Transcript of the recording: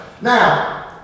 Now